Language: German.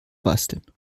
basteln